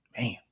Man